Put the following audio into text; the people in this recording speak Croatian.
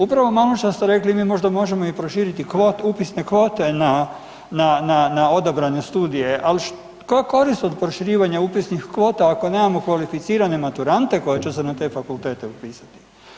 Upravo ono što ste rekli mi možda možemo i proširiti i kvote, upisne kvote na, na, na odabrane studije, ali koja korist od proširivanja upisnih kvota ako nemamo kvalificirane maturante koji će se na te fakultete upisati?